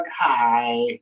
Hi